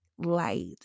light